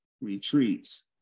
retreats